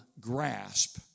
grasp